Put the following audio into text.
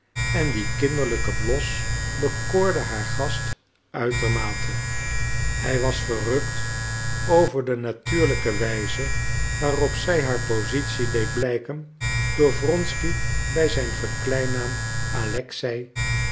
en deze kinderlijke blos bekoorde haar gast uitermate hij was verrukt over de natuurlijke wijze waarop zij haar positie deed blijken door wronsky bij zijn verkleinnaam alexei